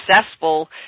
successful